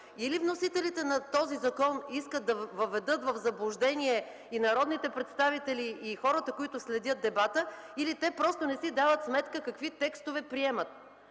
Или вносителите на този закон искат да въведат в заблуждение народните представители и хората, които следят дебата, или не си дават сметка какви текстове приемат.